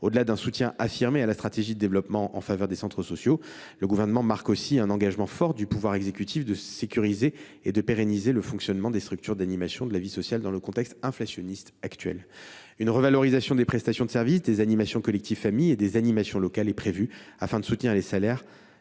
Ce soutien affirmé à la stratégie de développement des centres sociaux traduit, plus largement, l’engagement fort du Gouvernement à sécuriser et à pérenniser le fonctionnement des structures d’animation de la vie sociale, dans le contexte inflationniste actuel. Une revalorisation des prestations de services, des animations collectives destinées aux familles et des animations locales est prévue, afin de soutenir les salaires